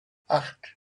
acht